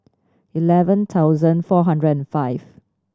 eleven thousand four hundred and five